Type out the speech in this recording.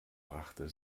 brachte